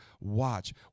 Watch